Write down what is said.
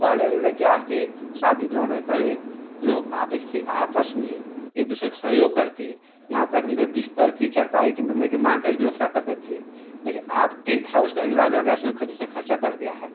पहले मेले क्या है कि शादी ब्याह में पहले लोग आपसी आपस में एक दूसरे को सहयोग करके यहाँ तक मतलब बिस्तर कि चारपाइ के मेले कि मांग का ही व्यवस्था करते थे लेकिन आप टेंट हाउस का रिवाज हो गया उसमे जैसे खर्चा बढ़ गिया है